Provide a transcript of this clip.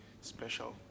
special